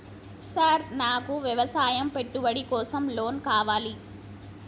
Sir నాకు వ్యవసాయ పెట్టుబడి కోసం లోన్ కావాలి?